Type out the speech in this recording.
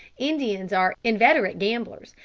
indians are inveterate gamblers,